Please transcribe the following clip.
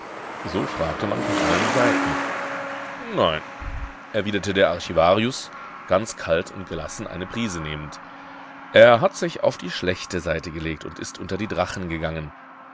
so fragte man von allen seiten nein erwiderte der archivarius ganz kalt und gelassen eine prise nehmend er hat sich auf die schlechte seite gelegt und ist unter die drachen gegangen